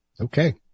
Okay